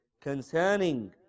Concerning